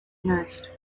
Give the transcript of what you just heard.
nourished